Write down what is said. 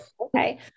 okay